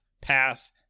pass